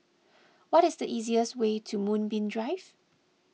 what is the easiest way to Moonbeam Drive